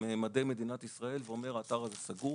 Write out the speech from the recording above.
עם מדי מדינת ישראל, ואומר להם האתר הזה סגור.